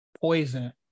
poison